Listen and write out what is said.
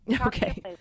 Okay